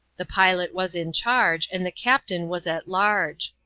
the pilot was in charge, and the captain was at large.